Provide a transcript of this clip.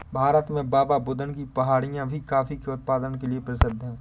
भारत में बाबाबुदन की पहाड़ियां भी कॉफी के उत्पादन के लिए प्रसिद्ध है